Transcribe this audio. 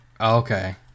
Okay